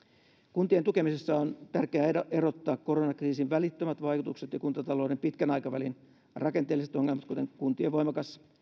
kuntien tukemisessa on tärkeää erottaa koronakriisin välittömät vaikutukset ja kuntatalouden pitkän aikavälin rakenteelliset ongelmat kuten kuntien voimakas